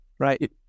right